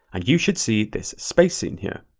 and you should see this space scene here.